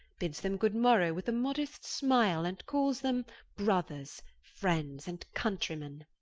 bids them good morrow with a modest smyle, and calls them brothers, friends, and countreymen.